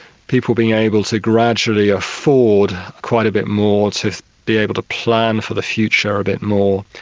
people being able to gradually afford quite a bit more, to be able to plan for the future a bit more,